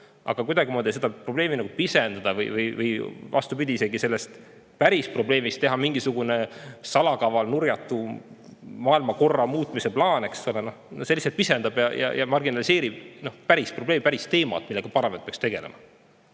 Aga kuidagimoodi seda probleemi pisendada või vastupidi, sellest päris probleemist teha isegi mingisugune salakaval, nurjatu maailmakorra muutmise plaan, see lihtsalt pisendab ja marginaliseerib päris probleemi, päris teemat, millega parlament peaks tegelema.